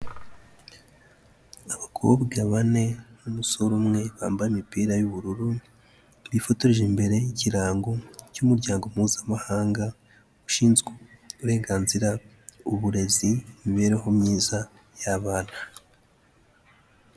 Abakobwa bane n'umusore umwe, bambaye imipira y'ubururu bifotoreje imbere y'ikirango cy'umuryango mpuzamahanga ushinzwe, uburenganzira, uburezi, imibereho myiza y'abana.